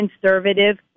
conservative